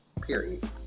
period